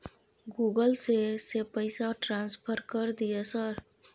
Google से से पैसा ट्रांसफर कर दिय सर?